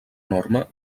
norma